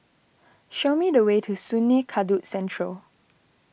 show me the way to Sungei Kadut Central